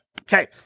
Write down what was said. Okay